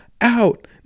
Out